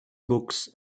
books